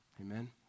Amen